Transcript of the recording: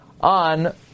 on